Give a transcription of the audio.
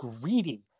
greedy